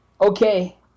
Okay